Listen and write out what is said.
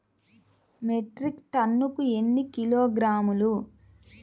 Metric టన్నుకు ఎన్ని కిలోగ్రాములు?